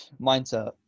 mindset